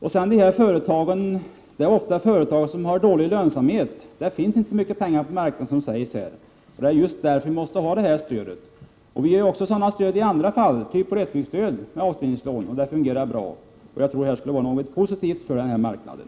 Det rör sig i dessa sammanhang ofta om företag som har dålig lönsamhet. Det finns inte så mycket pengar på marknaden som det har sagts här. Därför måste vi ha detta stöd. Vi ger också sådana stöd i andra fall, t.ex. glesbygdsstöd med avskrivningslån. Det har fungerat bra. Jag tror att detta skulle vara positivt för marknaden.